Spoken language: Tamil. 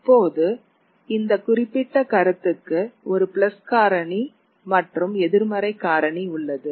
இப்போது இந்த குறிப்பிட்ட கருத்துக்கு ஒரு பிளஸ் காரணி மற்றும் எதிர்மறை காரணி உள்ளது